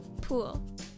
Pool